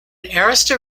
arista